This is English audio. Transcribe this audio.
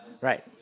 Right